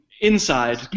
inside